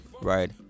right